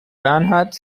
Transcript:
bernhard